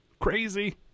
Crazy